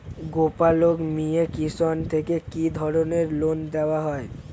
গোপালক মিয়ে কিষান থেকে কি ধরনের লোন দেওয়া হয়?